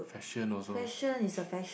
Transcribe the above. fashion also